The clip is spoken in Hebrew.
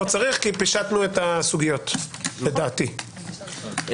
לא צריך כי לדעתי פישטנו את הסוגיות אבל ברור לנו מה צריך לעשות.